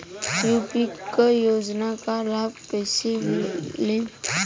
UP क योजना क लाभ कइसे लेब?